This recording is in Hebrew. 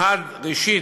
ראשית,